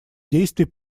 действий